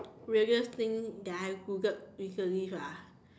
weirdest thing that I've Googled recently ah